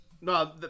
no